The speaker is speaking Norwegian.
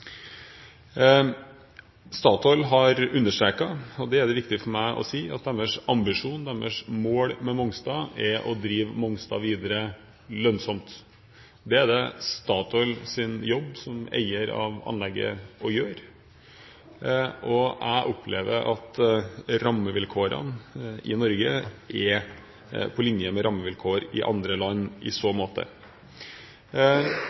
Statoil har understreket – det er det viktig for meg å si – at deres ambisjon, deres mål med Mongstad, er å drive Mongstad videre lønnsomt. Det er det Statoil, som eier av anlegget, sin jobb å gjøre. Jeg opplever at rammevilkårene i Norge er på linje med rammevilkårene i andre land i så